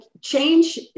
change